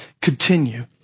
continue